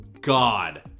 God